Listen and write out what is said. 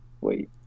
Wait